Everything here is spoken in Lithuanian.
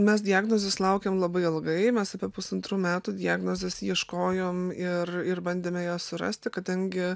mes diagnozės laukėm labai ilgai mes apie pusantrų metų diagnozės ieškojom ir ir bandėme ją surasti kadangi